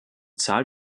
zahl